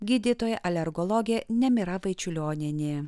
gydytoja alergologė nemira vaičiulionienė